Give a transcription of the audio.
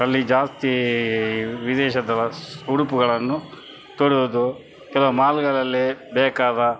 ಅಲ್ಲಿ ಜಾಸ್ತಿ ವಿದೇಶಗಳ ಉಡುಪುಗಳನ್ನು ತೊಡುವುದು ಕೆಲವು ಮಾಲುಗಳಲ್ಲಿ ಬೇಕಾದ